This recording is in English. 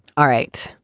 all right.